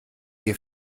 ihr